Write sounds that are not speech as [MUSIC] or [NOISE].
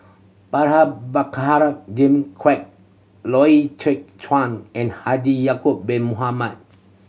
[UNINTELLIGIBLE] Jimmy Quek Loy Chye Chuan and Haji Ya'acob Bin Mohamed